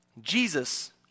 Jesus